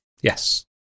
Yes